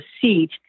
seat